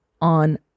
on